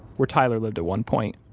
where tyler lived at one point,